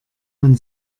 man